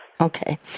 Okay